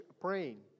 praying